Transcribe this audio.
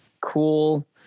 cool